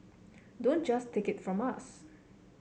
don't just take it from us